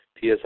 PSI